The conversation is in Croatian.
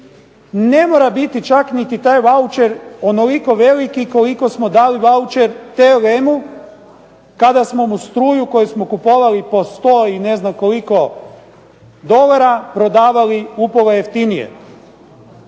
Ne mora biti čak niti taj vaučer onoliko veliki koliko smo dali vaučer TLM-u kada smo mu struju koju smo kupovali po 100 i ne znam koliko dolara, prodavali upola jeftinije.